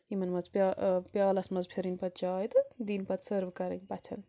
یِمَن منٛز پیا پیالَس منٛز پھِرٕنۍ پتہٕ چاے تہٕ دِنۍ پَتہٕ سٔرٕو کَرٕنۍ پَژھٮ۪ن